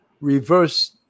reverse